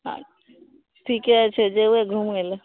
हँ ठीके छै जेबय घुमय लए